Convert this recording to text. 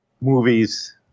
Movies